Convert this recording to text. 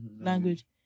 language